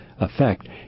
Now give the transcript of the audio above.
effect